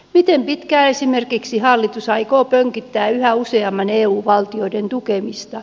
miten pitkään esimerkiksi hallitus aikoo pönkittää yhä useamman eu valtion tukemista